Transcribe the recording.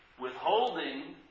withholding